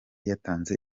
yatanze